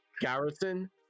garrison